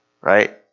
Right